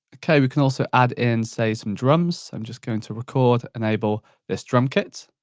okay we can also add in, say, some drums. i'm just going to record enable this drum kit.